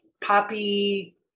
poppy